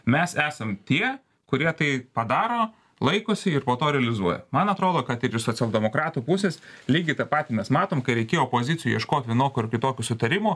mes esam tie kurie tai padaro laikosi ir po to realizuoja man atrodo kad ir iš socialdemokratų pusės lygiai tą patį mes matom kai reikėjo opozicijoj ieškot vienokių ar kitokių sutarimų